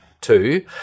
two